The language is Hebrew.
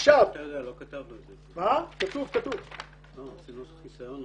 וזה הוא אומר.